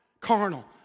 carnal